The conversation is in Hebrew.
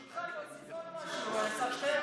תוסיף עוד משהו, כבוד השר שטרן.